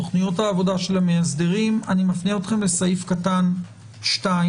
תוכניות העבודה של המאסדרים אני מפנה אתכם לסעיף קטן (2).